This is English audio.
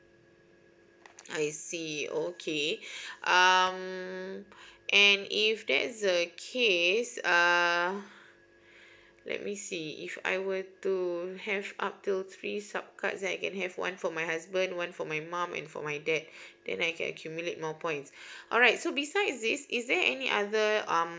I see okay um and if there is a case uh let me see if I were to have other three sub card I can have one for my husband one for my mum and for my dad then I can accumulate more points alright so besides this is there any other um